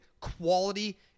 Quality